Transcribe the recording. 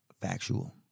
factual